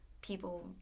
people